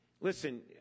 Listen